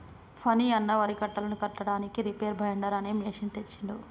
ఫణి అన్న వరి కట్టలను కట్టడానికి రీపేర్ బైండర్ అనే మెషిన్ తెచ్చిండు